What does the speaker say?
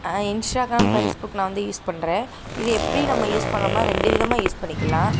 Instagram Facebook நான் வந்து use பண்றேன் இது எப்படி நம்ம யூஸ் பண்ணணும்னால் ரெண்டு விதமாக யூஸ் பண்ணிக்கலாம்